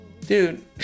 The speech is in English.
Dude